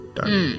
Done